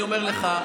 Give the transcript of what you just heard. אני אומר לך,